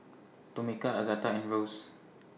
Tomeka Agatha and Rose